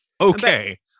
Okay